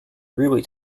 really